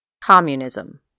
Communism